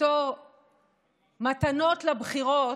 בתור מתנות לבחירות,